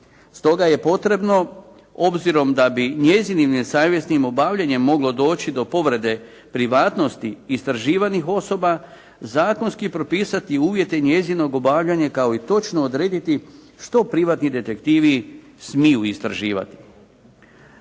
stoga je potrebno obzirom da bi njezinim nesavjesnim obavljanjem moglo doći do povrede privatnosti istraživanih osoba, zakonski propisati uvjete njezinog obavljanja kao i točno odrediti što privatni detektivi smiju istraživat.